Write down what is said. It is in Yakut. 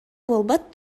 буолбат